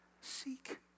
seek